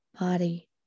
body